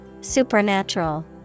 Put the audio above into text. Supernatural